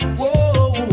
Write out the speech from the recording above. Whoa